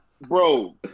Bro